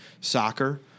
soccer